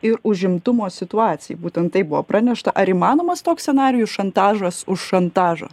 ir užimtumo situacijai būtent taip buvo pranešta ar įmanomas toks scenarijus šantažas už šantažą